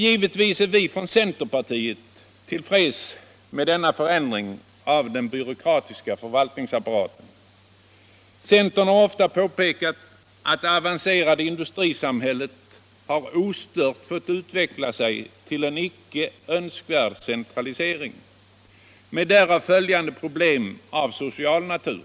Givetvis är vi från centerpartiet Fredagen den till freds med denna förändring av den byråkratiska förvaltningsappa = 21] maj 1976 raten. Centern har ofta påpekat att det avancerade industrisamhäleb — ostört har fått utveckla sig till en icke önskvärd centralisering med därav = Skolans inre arbete följande problem av social natur.